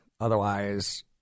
Otherwise